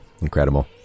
Incredible